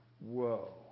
whoa